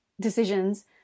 decisions